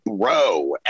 bro